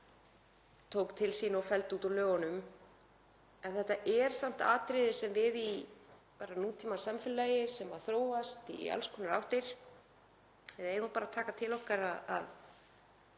þetta er samt atriði sem við í nútímasamfélagi, sem þróast í alls konar áttir, eigum bara að taka til okkar.